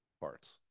parts